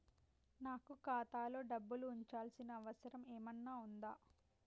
నాకు ఖాతాలో డబ్బులు ఉంచాల్సిన అవసరం ఏమన్నా ఉందా?